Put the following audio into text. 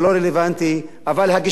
אבל הגישה שבה אתה מדבר,